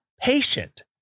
patient